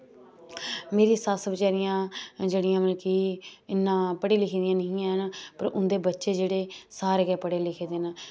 मेरी सस्स बचैरियां जेह्ड़ियां मतलब कि इन्ना पढ़ी लिखी दी निं ऐन पर उं'दे बच्चें जेह्ड़े सारे गै पढ़े लिखे दे न